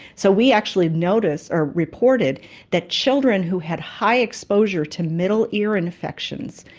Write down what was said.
so we actually noticed or reported that children who had high exposure to middle ear infections,